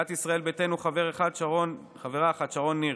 סיעת ישראל ביתנו, חברה אחת: שרון ניר,